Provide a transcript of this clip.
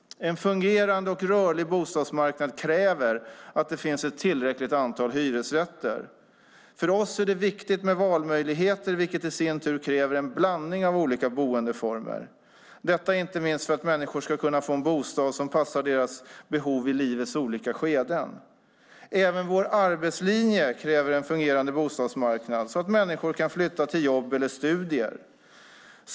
En fungerande och rörlig bostadsmarknad kräver att det finns ett tillräckligt antal hyresrätter. För oss är det viktigt med valmöjligheter, vilket i sin tur kräver en blandning av olika boendeformer, inte minst för att människor ska kunna få en bostad som passar deras behov i livets olika skeden. Även vår arbetslinje kräver en fungerande bostadsmarknad, så att människor kan flytta till jobb eller studier.